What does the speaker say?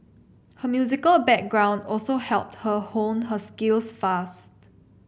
her musical background also helped her hone her skills fast